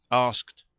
asked,